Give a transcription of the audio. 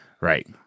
Right